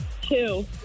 Two